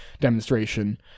demonstration